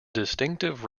distinctive